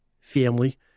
family